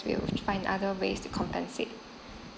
we'll find other ways to compensate